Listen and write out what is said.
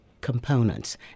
components